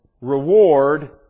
reward